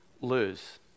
lose